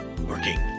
working